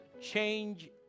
change